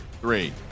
three